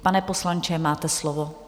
Pane poslanče, máte slovo.